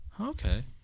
Okay